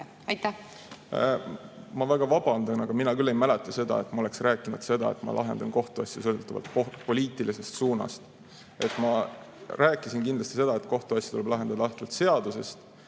Ma väga vabandan, aga mina küll ei mäleta seda, et ma oleksin rääkinud seda, et ma lahendan kohtuasju sõltuvalt poliitilisest suunast. Ma rääkisin kindlasti seda, et kohtuasju tuleb lahendada lähtuvalt seadusest.